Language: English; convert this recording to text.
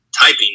typing